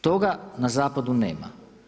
Toga na zapadu nema.